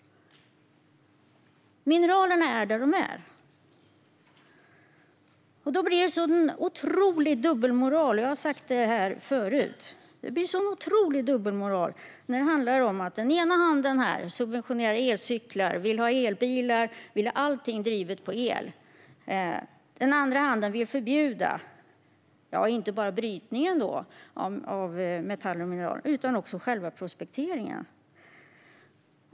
Mineralerna är där de är. Som jag sagt förut blir det en otrolig dubbelmoral när den ena handen subventionerar elcyklar och vill ha elbilar - vill ha allting drivet med el - medan den andra handen vill förbjuda inte bara brytningen av metaller och mineraler utan också själva prospekteringen.